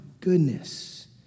goodness